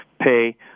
pay